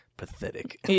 pathetic